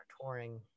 touring